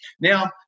Now